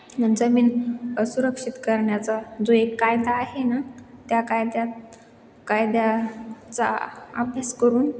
जमीन सुरक्षित करण्याचा जो एक कायदा आहे ना त्या कायद्यात कायद्याचा अभ्यास करून